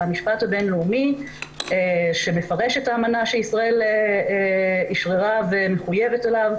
המשפט הבינלאומי שמפרש את האמנה שישראל אישררה ומחויבת אליה,